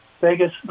Vegas